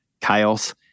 chaos